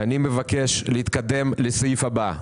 אני מבקש להתקדם לסעיף הבא.